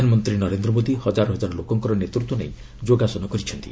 ପ୍ରଧାନମନ୍ତ୍ରୀ ନରେନ୍ଦ୍ର ମୋଦି ହଜାର ହଜାର ଲୋକଙ୍କର ନେତୃତ୍ୱ ନେଇ ଯୋଗାସନ କରିଛନ୍ତି